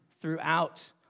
throughout